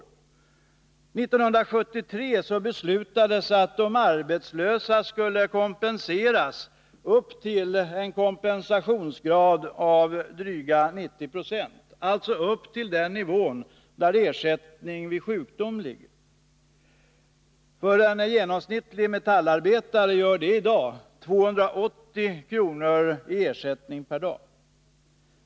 1973 beslutades att de arbetslösa skulle kompenseras med dryga 90 90 av sin tidigare lön, alltså upp till den nivå där ersättningen vid sjukdom ligger. För en genomsnittlig metallarbetare gör det i dag 280 kr. per dag.